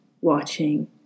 watching